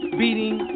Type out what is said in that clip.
beating